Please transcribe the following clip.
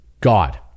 God